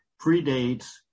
predates